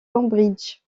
cambridge